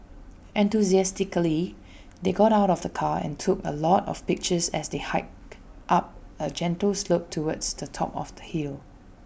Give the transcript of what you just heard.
enthusiastically they got out of the car and took A lot of pictures as they hiked up A gentle slope towards the top of the hill